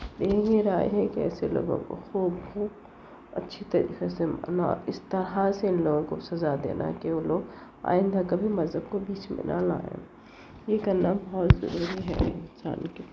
یہ ہی رائے ہے کہ ایسے لوگوں کو خوب ہی اچھی طریقے سے مارنا اس طرح سے ان لوگوں کو سزا دینا کہ وہ لوگ کئی لوگ ایسے اور جو ملا مرشد بیٹھ کے خاک مل کر بھی شفا کے نام پہ لوٹ لے رہے ہیں لوگوں کو بابا ہیں ایسے کئی ہیں کہ جو آئندہ کبھی بھی مذہب کو بیچ میں نہ لائیں یہ کرنا بہت ضروری ہے انسان کے لئے